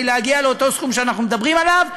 להגיע לאותו סכום שאנחנו מדברים עליו,